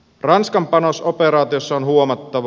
ranskan panos operaatiossa on huomattava